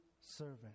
servant